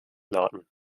lauten